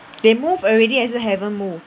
they move already 还是 haven't move